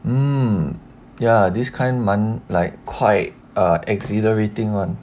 um ya this kind man like quite a exhilarating [one]